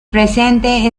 presente